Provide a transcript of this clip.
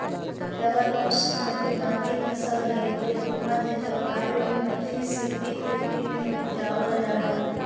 rubber ऊष्णकटिबंधी फसल हई जे भूमध्य जलवायु में पच्चीस से तीस डिग्री में उपजावल जा हई